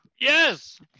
Yes